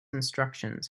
instructions